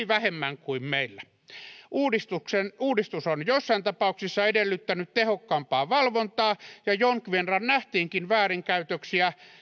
vähemmän kuin meillä uudistus on joissain tapauksissa edellyttänyt tehokkaampaa valvontaa ja jonkin verran nähtiinkin väärinkäytöksiä